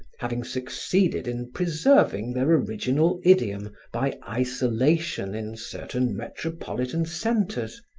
having succeeded in preserving their original idiom by isolation in certain metropolitan centres,